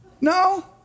No